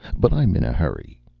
but i'm in a hurry.